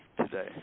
today